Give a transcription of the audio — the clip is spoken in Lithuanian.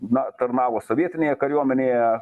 na tarnavo sovietinėje kariuomenėje